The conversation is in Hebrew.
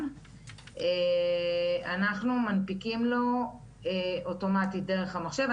אנחנו מנפיקים לו אוטומטית דרך המחשב.